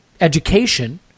education